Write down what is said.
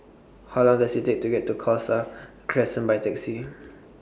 How Long Does IT Take to get to Khalsa Crescent By Taxi